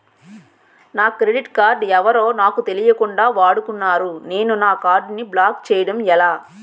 నా credit card ఎవరో నాకు తెలియకుండా వాడుకున్నారు నేను నా కార్డ్ ని బ్లాక్ చేయడం ఎలా?